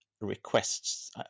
requests